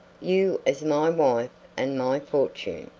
you as my wife and my fortune.